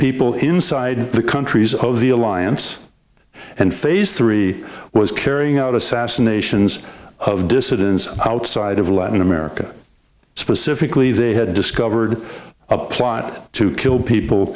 people inside the countries of the alliance and phase three was carrying out assassinations of dissidents outside of latin america specifically they had discovered a plot to kill people